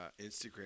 Instagram